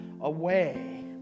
away